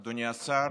אדוני השר,